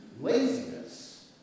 laziness